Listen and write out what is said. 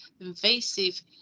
invasive